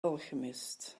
alchemist